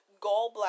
gallbladder